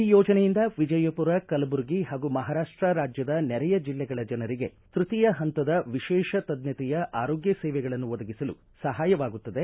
ಈ ಯೋಜನೆಯಿಂದ ವಿಜಯಪುರ ಕಲಬುರ್ಗಿ ಹಾಗೂ ಮಹಾರಾಷ್ಷ ರಾಜ್ಯದ ನೆರೆಯ ಜಿಲ್ಲೆಗಳ ಜನರಿಗೆ ತೃತೀಯ ಪಂತದ ವಿಶೇಷ ತಜ್ಞತೆಯ ಆರೋಗ್ಯ ಸೇವೆಗಳನ್ನು ಒದಗಿಸಲು ಸಹಾಯವಾಗುತ್ತದೆ